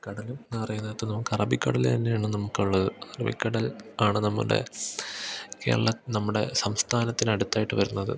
കടലും എന്ന് പറയുന്നത് നമുക്ക് അറബിക്കടൽ തന്നെയാണ് നമുക്ക് ഉള്ളത് അറബിക്കടൽ ആണ് നമ്മുടെ കേരള നമ്മുടെ സംസ്ഥാനത്തിന് അടുത്തായിട്ട് വരുന്നത്